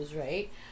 right